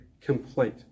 complete